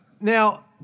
Now